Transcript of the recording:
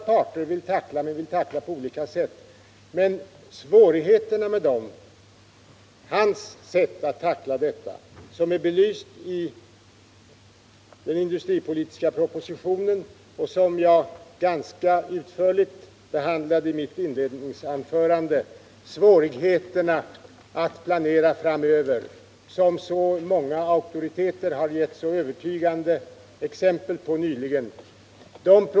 Svagheten i hans sätt att tackla problemen är att han inte tar upp svårigheterna att planera framöver. Dessa svårigheter belyses i den industripolitiska propositionen, och jag uppehöll mig ganska utförligt vid dem i mitt inledningsanförande. Många auktoriteter har dessutom nyligen gett övertygande exempel på dessa svårigheter.